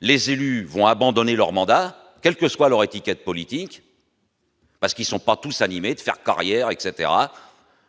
les élus vont abandonner leur mandat, quel que soit leur étiquette politique. Parce qu'ils sont pas tous animés de faire carrière, etc,